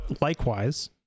likewise